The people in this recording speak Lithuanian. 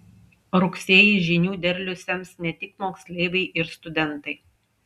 rugsėjį žinių derlių sems ne tik moksleiviai ir studentai